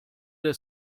der